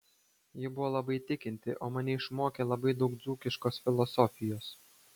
ji buvo labai tikinti o mane išmokė labai daug dzūkiškos filosofijos